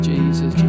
Jesus